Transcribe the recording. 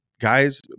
guys